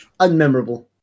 Unmemorable